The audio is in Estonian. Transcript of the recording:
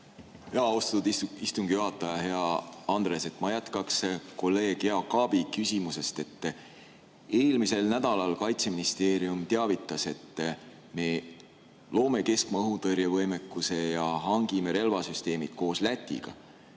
Austatud istungi juhataja! Hea Andres! Ma jätkan kolleeg Jaak Aabi küsimust. Eelmisel nädalal Kaitseministeerium teavitas, et me loome keskmaa õhutõrje võimekuse ja hangime relvasüsteemid koos Lätiga.